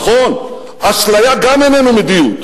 נכון, אשליה גם כן איננה מדיניות.